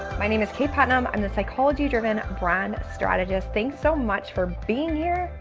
my name is kaye petnam, i'm the psychology driven brand strategist, thanks so much for being here.